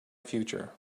future